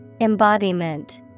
Embodiment